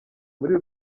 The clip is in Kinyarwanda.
muri